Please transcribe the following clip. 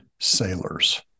sailors